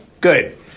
Good